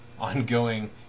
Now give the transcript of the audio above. ongoing